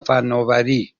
فناوری